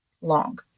long